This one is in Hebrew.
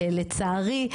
לצערי,